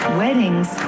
weddings